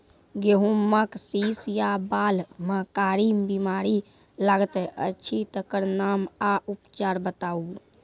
गेहूँमक शीश या बाल म कारी बीमारी लागतै अछि तकर नाम आ उपचार बताउ?